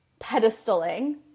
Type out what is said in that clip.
pedestaling